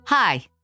Hi